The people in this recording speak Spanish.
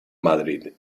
madrid